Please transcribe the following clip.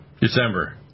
December